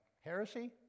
heresy